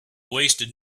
wasted